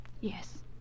Yes